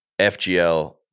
FGL